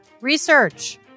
research